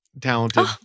talented